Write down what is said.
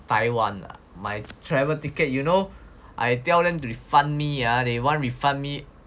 Taiwan lah my travel ticket you know I tell them to refund me ah they want refund me